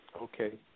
Okay